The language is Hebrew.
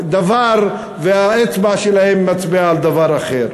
בדבר אחד והאצבע שלהם מצביעה על דבר אחר.